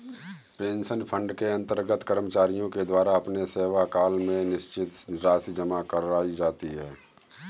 pension fund के अंतर्गत कर्मचारियों के द्वारा अपने सेवाकाल में निश्चित राशि जमा कराई जाती है